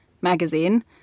magazine